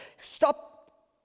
Stop